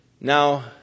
Now